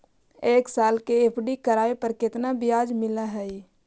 एक साल के एफ.डी करावे पर केतना ब्याज मिलऽ हइ?